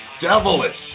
Devilish